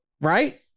right